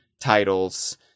titles